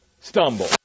stumble